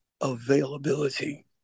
availability